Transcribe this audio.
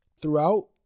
throughout